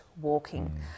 walking